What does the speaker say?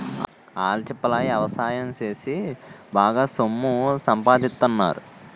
ఆల్చిప్పల ఎవసాయం సేసి బాగా సొమ్ము సంపాదిత్తన్నారు